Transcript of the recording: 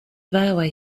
railway